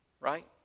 Right